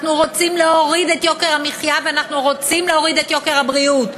אנחנו רוצים להוריד את יוקר המחיה ואנחנו רוצים להוריד את יוקר הבריאות.